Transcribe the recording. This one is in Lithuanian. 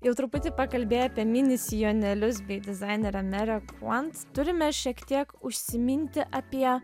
jau truputį pakalbėjau apie mini sijonėlius bei dizainerę merę kuant turime šiek tiek užsiminti apie